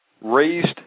raised